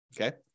Okay